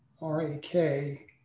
R-A-K